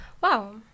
Wow